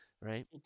right